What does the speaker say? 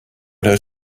das